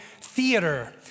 theater